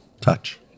touch